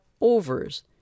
overs